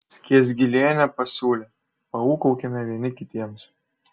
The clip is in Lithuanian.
skiesgilienė pasiūlė paūkaukime vieni kitiems